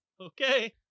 Okay